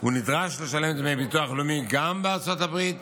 נדרש לשלם דמי ביטוח לאומי גם בארצות הברית